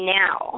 now